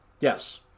Yes